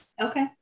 Okay